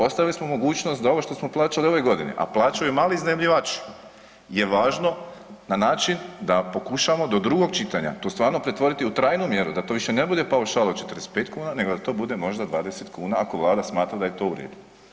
Ostavili smo mogućnost da ovo što smo plaćali ove godine, a plaćaju mali iznajmljivači je važno na način da pokušamo do drugog čitanja to stvarno pretvoriti u trajnu mjeru, da to više ne bude paušal od 45 kuna nego da to bude možda 20 kuna ako vlada smatra da je to u redu.